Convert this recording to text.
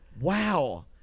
Wow